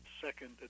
second